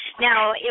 Now